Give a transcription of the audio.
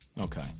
Okay